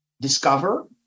discover